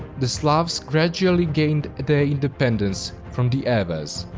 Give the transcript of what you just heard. the slavs gradually gained their independence from the avars.